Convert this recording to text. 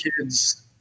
kids